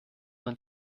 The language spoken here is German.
man